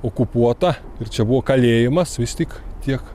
okupuota ir čia buvo kalėjimas vis tik tiek